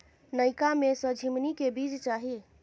नयका में से झीमनी के बीज चाही?